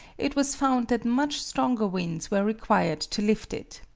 it was found that much stronger winds were required to lift it.